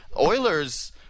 Oilers